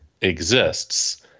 exists